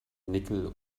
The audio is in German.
nickel